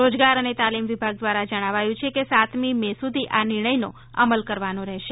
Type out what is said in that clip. રોજગાર અને તાલીમ વિભાગ દ્વારા જણાવાયુ છે કે સાતમી મે સુધી આ નિર્ણયનો અમલ કરવાનો રહેશે